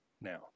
now